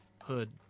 hood